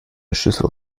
schüssel